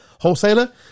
wholesaler